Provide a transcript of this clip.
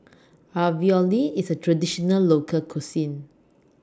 Ravioli IS A Traditional Local Cuisine